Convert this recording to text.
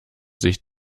sich